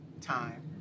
time